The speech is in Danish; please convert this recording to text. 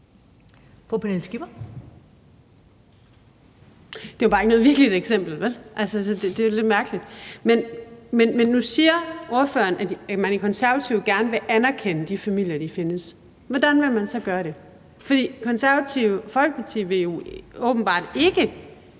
Det var bare ikke noget virkeligt eksempel, vel? Så det er jo et lidt mærkeligt eksempel. Men nu siger ordføreren, at man i Det Konservative Folkeparti gerne vil anerkende, at de familier findes. Hvordan vil man så gøre det? For Det Konservative Folkeparti vil jo åbenbart ikke